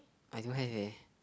I don't have eh